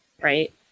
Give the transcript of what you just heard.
Right